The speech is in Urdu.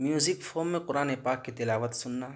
میوزک فوم میں قرآن پاک کی تلاوت سننا